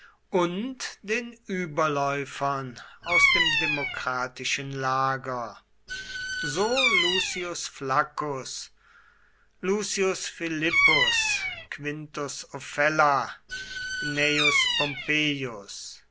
und den überläufern aus dem demokratischen lager so lucius flaccus lucius philippus quintus ofella gnaeus